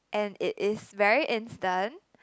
and it is very instant